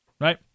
Right